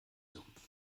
sumpf